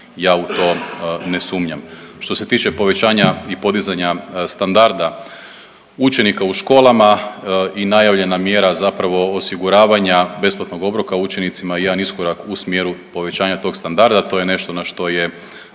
ja u to ne sumnjam. Što se tiče povećanja i podizanja standarda učenika u školama i najavljena mjera zapravo osiguravanja besplatnog obroka učenicima je jedan iskorak u smjeru povećanja tog standarda, a to je nešto na što je,